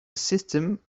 system